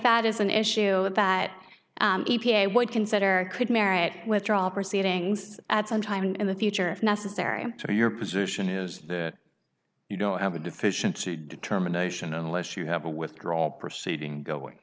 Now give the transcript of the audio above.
that is an issue that e p a would consider could merit withdraw proceedings at some time in the future if necessary to your position is you know have a deficiency determination unless you have a withdrawal proceeding going